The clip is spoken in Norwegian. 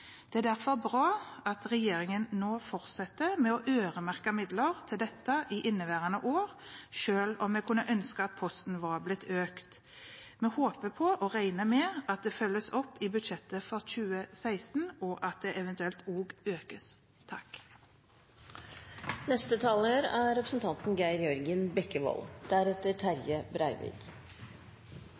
Det er derfor bra at regjeringen nå fortsetter med å øremerke midler til dette i inneværende år, selv om vi kunne ønsket at posten var blitt økt. Vi håper – og regner med – at dette følges opp i budsjettet for 2016, og også at det eventuelt økes.